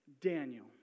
Daniel